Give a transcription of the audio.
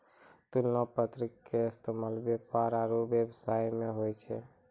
तुलना पत्र के इस्तेमाल व्यापार आरु व्यवसाय मे होय छै